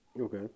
Okay